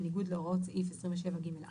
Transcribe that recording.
בניגוד להוראות סעיף 27(ג)(4).